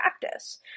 practice